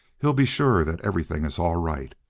he'll be sure that everything is all right.